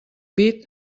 pit